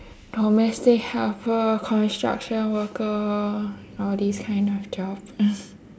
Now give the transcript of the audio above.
domestic helper construction worker all these kind of jobs